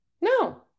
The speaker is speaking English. No